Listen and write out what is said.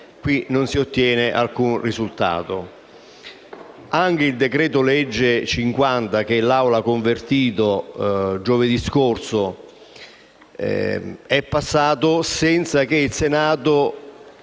qui non si ottiene alcun risultato. Anche il decreto-legge n. 50 del 2017, che l'Assemblea ha convertito giovedì scorso, è passato senza che il Senato